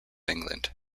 england